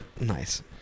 Nice